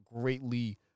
greatly